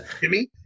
Jimmy